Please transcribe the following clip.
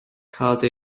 cad